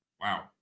wow